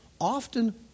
Often